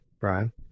Brian